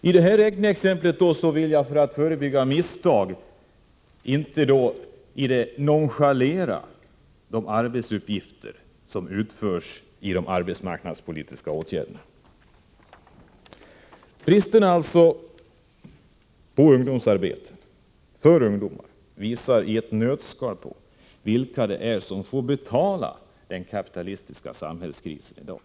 I det här räkneexemplet vill jag, för att förebygga misstag, inte nonchalera de arbetsuppgifter som utförs genom de arbetsmarknadspolitiska åtgärderna. Bristen på arbete för ungdomar visar i ett nötskal vilka det är som får betala den kapitalistiska samhällskrisen i dag.